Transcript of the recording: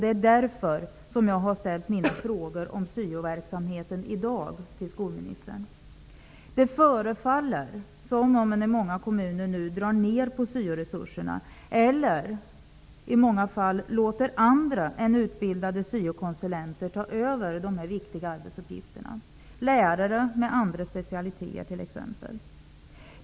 Det är därför som jag ställt mina frågor om dagens syoverksamhet till skolministern. Det förefaller som att man i många kommuner nu drar ned på syoresurserna eller att man låter andra än utbildade syokonsulenter ta över dessa viktiga arbetsuppgifter, exempelvis lärare med andra specialiteter.